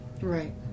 Right